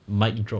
mic drop